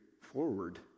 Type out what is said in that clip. forward